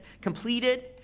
completed